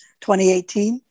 2018